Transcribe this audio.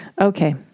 Okay